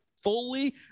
fully